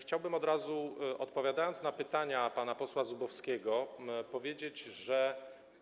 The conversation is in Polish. Chciałbym od razu powiedzieć, odpowiadając na pytania pana posła Zubowskiego, że